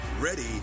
Ready